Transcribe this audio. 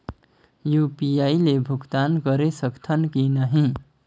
UPI ले भुगतान करे सकथन कि नहीं?